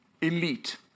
elite